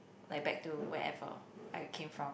like back to wherever I came from